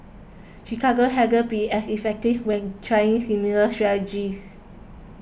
Chicago hasn't been as effective when trying similar strategies